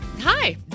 Hi